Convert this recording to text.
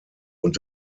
und